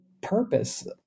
purpose